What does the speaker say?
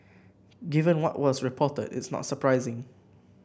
given what was reported it's not surprising